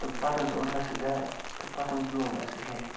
تہٕ پَتہٕ حظ اوٚن مےٚ سُہ گَرٕ تہٕ پَتہٕ حظ لوگ مےٚ سُہ گَرِ